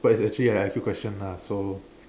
but it's actually an I_Q question lah so